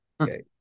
Okay